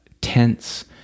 tense